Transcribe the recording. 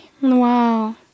Wow